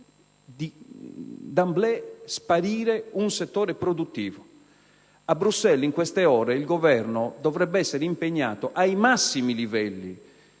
*d'emblée* sparire un settore produttivo. A Bruxelles, in queste ore, il Governo dovrebbe essere impegnato ai massimi livelli